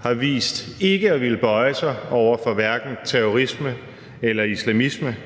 har vist ikke at ville bøje sig for hverken terrorisme eller islamisme,